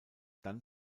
dann